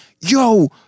yo